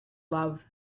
love